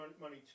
money